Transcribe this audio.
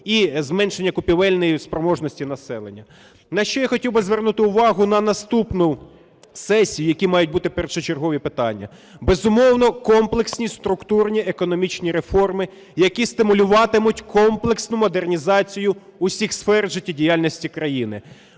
і зменшення купівельної спроможності населення. На що я хотів би звернути увагу на наступну сесію, в якій мають бути першочергові питання. Безумовно, комплексні, структурні економічні реформи, які стимулюватимуть комплексну модернізацію усіх сфер життєдіяльності країни.